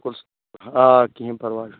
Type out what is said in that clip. آ کہیٖنۍ پرواے چھُنہٕ